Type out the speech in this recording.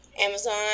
Amazon